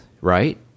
right